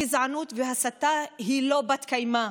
גזענות והסתה היא לא בת-קיימא,